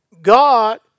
God